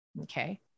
okay